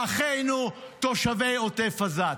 ובאחינו, תושבי עוטף עזה.